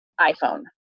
iPhone